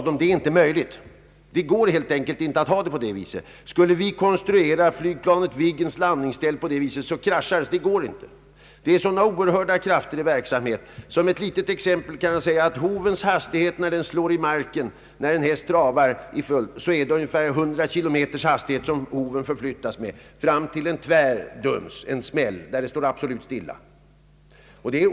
»Det är inte möjligt», sade de, »det går helt enkelt inte att ha det på det sättet. Skulle vi konstruera Viggens landningsställ på det viset så kraschade det.» När en häst travar är det oerhörda krafter i verksamhet. Hoven slår i marken med en hastighet som uppgår till ungefär 100 kilometer i timmen. Där blir det en duns, och så står den absolut stilla.